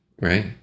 right